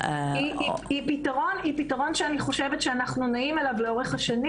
היא פיתרון שאני חושבת שאנחנו נעים אליו לאורך השנים.